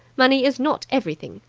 money is not everything.